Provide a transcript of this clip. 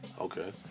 Okay